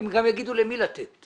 הם גם יגידו למי לתת,